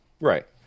Right